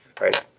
Right